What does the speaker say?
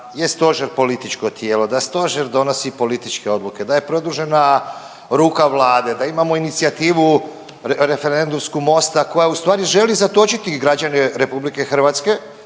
da je stožer političko tijelo, da stožer donosi političke odluke, da je produžena ruka vlade, da imamo inicijativu referendumsku Mosta koja u stvari želi zatočiti građane RH i reći